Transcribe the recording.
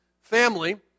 family